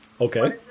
Okay